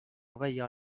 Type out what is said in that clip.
envahir